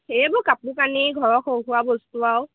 সেইবোৰ কাপোৰ কানি ঘৰৰ সৰু সৰুা বস্তু আৰু